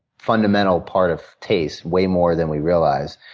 fundamental part of taste, way more than we realize.